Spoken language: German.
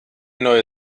neue